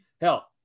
Hell